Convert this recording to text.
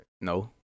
No